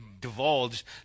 divulge